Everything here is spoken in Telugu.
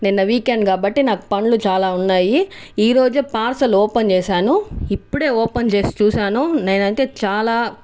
నిన్న వీకెండ్ కాబట్టి నాకు పనులు చాలా ఉన్నాయి ఈ రోజే పార్సెల్ ఓపెన్ చేశాను ఇప్పుడే ఓపెన్ చేసి చూసాను నేను అయితే చాలా